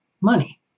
money